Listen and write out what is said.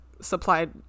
supplied